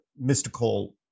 mystical